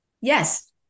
yes